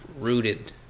rooted